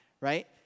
right